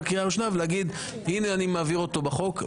קריאה ראשונה ולהגיד הנה אני מעביר אותו בחוק.